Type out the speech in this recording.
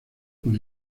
con